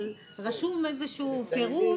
אבל רשום איזה שהוא פירוט,